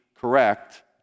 correct